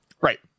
Right